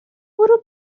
برو